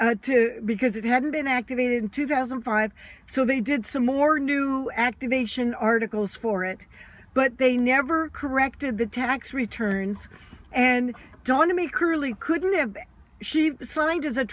had to because it hadn't been activated in two thousand and five so they did some more new activation articles for it but they never corrected the tax returns and donna me curly couldn't have she signed as a